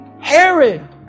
Herod